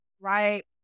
right